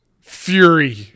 Fury